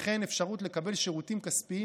וכן אפשרות לקבל שירותים כספיים,